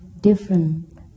different